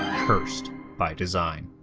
cursed by design